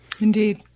Indeed